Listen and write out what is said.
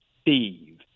Steve